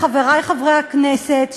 חברי חברי הכנסת,